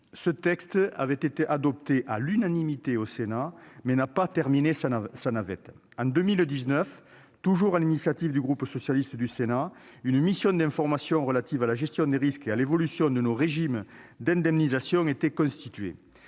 Ce texte avait été adopté à l'unanimité au Sénat, mais n'a pas terminé sa navette. En 2019, toujours sur l'initiative du groupe socialiste et républicain du Sénat, une mission d'information relative à la gestion des risques et à l'évolution de nos régimes d'indemnisation était constituée.